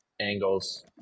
angles